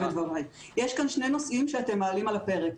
את דבריי: יש כאן שני נושאים שאתם מעלים על הפרק.